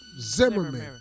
Zimmerman